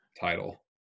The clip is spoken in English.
title